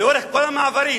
לאורך כל המעברים.